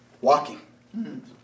walking